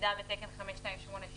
עמידה בתקן 5282,